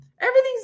Everything's